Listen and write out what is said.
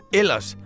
ellers